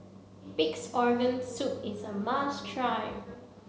Pig's Organ Soup is a must try